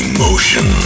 Emotion